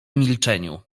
milczeniu